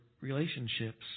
relationships